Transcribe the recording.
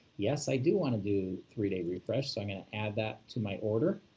yes, i do want to do three day refresh, so i'm gonna add that to my order.